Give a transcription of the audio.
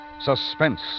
Suspense